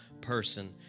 person